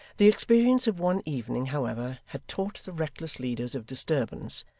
the experience of one evening, however, had taught the reckless leaders of disturbance,